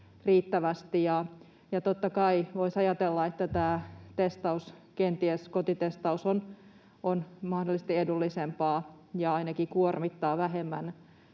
riittävästi, ja totta kai voisi ajatella, että tämä kotitestaus kenties on mahdollisesti edullisempaa ja ainakin kuormittaa vähemmän